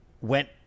went